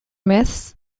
myths